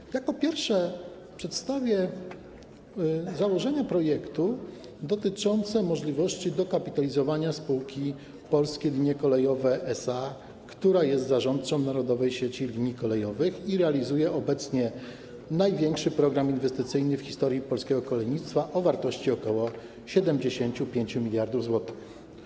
I tak, po pierwsze, przedstawię założenia projektu dotyczące dokapitalizowania spółki PKP Polskie Linie Kolejowe SA, która jest zarządcą narodowej sieci linii kolejowych i realizuje obecnie największy program inwestycyjny w historii polskiego kolejnictwa o wartości ok. 75 mld zł.